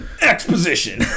Exposition